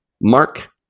Mark